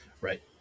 Right